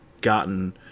gotten